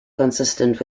consistent